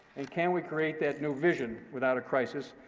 and can we create that new vision without a crisis?